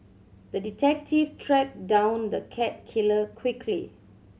the detective tracked down the cat killer quickly